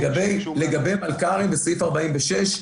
לגבי מלכ"רים בסעיף 46,